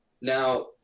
Now